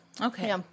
Okay